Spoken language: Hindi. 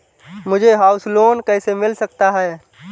मुझे हाउस लोंन कैसे मिल सकता है?